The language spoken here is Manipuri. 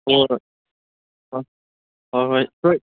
ꯍꯣꯏ